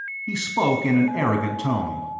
he spoke in an arrogant tone.